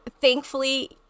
thankfully